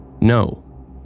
no